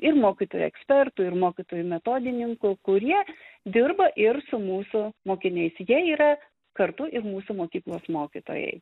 ir mokytojų ekspertų ir mokytojų metodininkų kurie dirba ir su mūsų mokiniais jie yra kartu ir mūsų mokyklos mokytojai